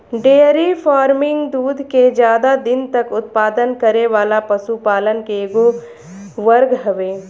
dairy farming दूध के ज्यादा दिन तक उत्पादन करे वाला पशुपालन के एगो वर्ग हवे